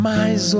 Mais